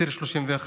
ציר 31,